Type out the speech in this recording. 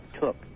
took